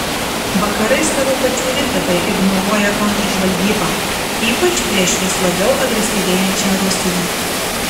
vakarai savo pačių rizikai ignoruoja kontržvalgybą ypač prieš vis labiau agresyvėjančią rusiją